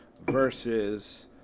versus